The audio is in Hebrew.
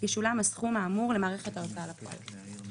ישולם הסכום האמור למערכת ההוצאה לפועל.